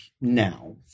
now